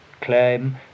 claim